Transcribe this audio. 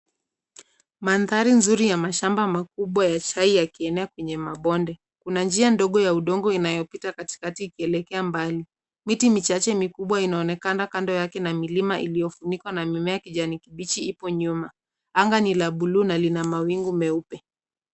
Mandhari nzuri ya mashamba makubwa ya chai yakienda kwenye mabonde, kuna njia ndogo ya udongo inayopita katikati ikielekea mbali. Miti michache mikubwa inaonekana kando yake na milima iliyofunikwa na mimea ya kijani kibichi ipo nyuma. Anga ni la buluu na lina mawingu meupe.